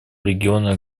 региона